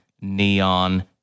Neon